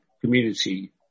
community